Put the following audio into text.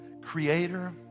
creator